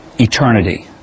eternity